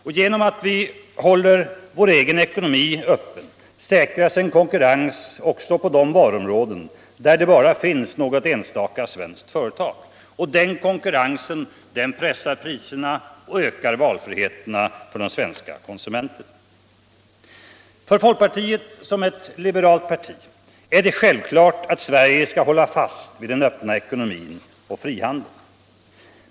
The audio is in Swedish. Och genom att vi håller vår egen ekonomi öppen säkras en konkurrens också på de varuområden, där det bara finns något enstaka svenskt företag. Den konkurrensen pressar priserna och ökar valfriheten för konsumenterna. För folkpartiet, som är ett liberalt parti, är det självklart att Sverige skall hållla fast vid den öppna ekonomin och frihandeln.